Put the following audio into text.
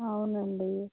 అవునండి